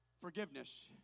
forgiveness